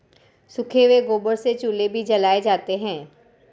सूखे हुए गोबर से चूल्हे भी जलाए जाते हैं